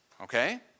Okay